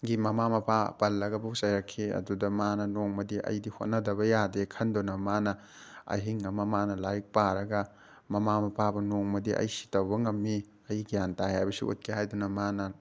ꯒꯤ ꯃꯃꯥ ꯃꯄꯥ ꯄꯜꯂꯒꯕꯨ ꯆꯩꯔꯛꯈꯤ ꯑꯗꯨꯗ ꯃꯥꯅ ꯅꯣꯡꯃꯗꯤ ꯑꯩꯗꯤ ꯍꯣꯠꯅꯗꯕ ꯌꯥꯗꯦ ꯈꯟꯗꯨꯅ ꯃꯥꯅ ꯑꯍꯤꯡ ꯑꯃ ꯃꯥꯅ ꯂꯥꯏꯔꯤꯛ ꯄꯥꯔꯒ ꯃꯃꯥ ꯃꯄꯥꯕꯨ ꯅꯣꯡꯃꯗꯤ ꯑꯩ ꯁꯤ ꯇꯧꯕ ꯉꯝꯃꯤ ꯑꯩ ꯒ꯭ꯌꯥꯟ ꯇꯥꯏ ꯍꯥꯏꯕꯁꯤ ꯎꯠꯀꯦ ꯍꯥꯏꯗꯨꯅ ꯃꯥꯅ